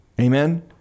Amen